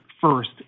First